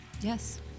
Yes